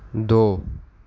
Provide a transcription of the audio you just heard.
دو